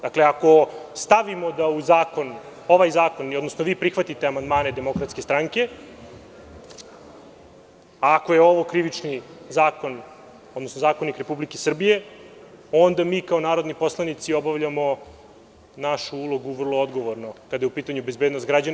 Dakle, ako stavimo da u ovaj zakon vi prihvatite amandmane DS, a ako je ovo krivični zakon, odnosno zakonik Republike Srbije, onda mi kao narodni poslanici obavljamo našu ulogu vrlo odgovorno kada je u pitanju bezbednost građana.